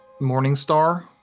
Morningstar